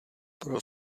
pro